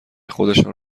خودشان